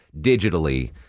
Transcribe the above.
digitally